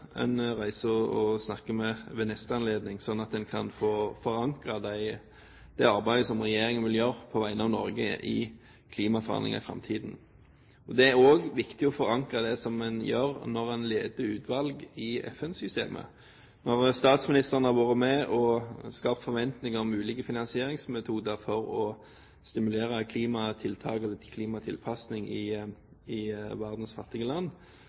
og snakker med ved neste anledning, slik at man kan få forankret det arbeidet som regjeringen vil gjøre på vegne av Norge, i klimaforhandlinger i framtiden. Det er også viktig å forankre det man gjør, når man leder et utvalg i FN-systemet. Når statsministeren har vært med og skapt forventninger om ulike finansieringsmetoder for å stimulere klimatiltak eller klimatilpasning i verdens fattige land,